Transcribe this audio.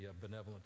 benevolent